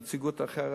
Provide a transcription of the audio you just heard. איפה שנוגעים יש בעיה.